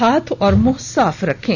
हाथ और मुंह साफ रखें